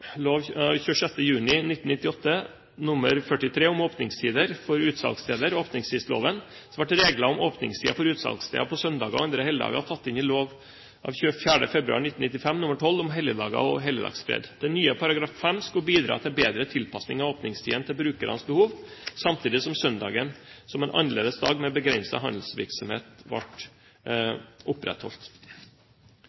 lov av 26. juni 1998 nr. 43 om åpningstider for utsalgssteder, åpningstidsloven, ble regler om åpningstider for utsalgssteder på søndager og andre helligdager tatt inn i lov av 24. februar 1995 nr. 12 om helligdager og helligdagsfred. Den nye § 5 skulle bidra til bedre tilpasning av åpningstidene til brukernes behov, samtidig som søndagen, som en annerledes dag med begrenset handelsvirksomhet, ble